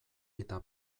eta